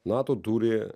nato turi